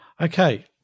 Okay